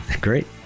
Great